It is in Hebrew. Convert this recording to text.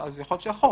אז יכול להיות שהחוק.